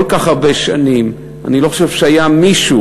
כל כך הרבה שנים אני לא חושב שהיה מישהו,